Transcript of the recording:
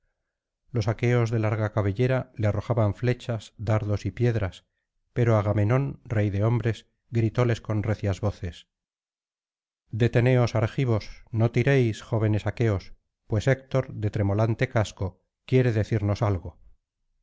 los aqueos de larga cabellera le arrojaban flechas dardos y piedras pero agamenón rey de hombres gritóles con recias voces deteneos argivos no tiréis jóvenes aqueos pues héctor de tremolante casco quiere decirnos algo